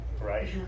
right